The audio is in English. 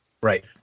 Right